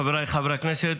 חבריי חברי הכנסת,